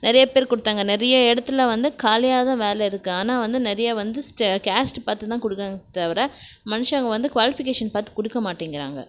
நிறைய பேர் கொடுத்தாங்க நிறைய இடத்துல வந்து காலியாகதான் வேலை இருக்குது ஆனால் வந்து நிறைய வந்து கேஸ்ட்டு பார்த்து தான் கொடுக்குறாங்களே தவிர மனுஷங்கள் வந்து குவாலிஃபிகேஷன் பார்த்து கொடுக்க மாட்டேங்கிறாங்க